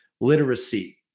literacy